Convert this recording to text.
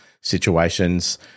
situations